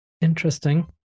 Interesting